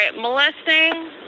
Molesting